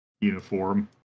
uniform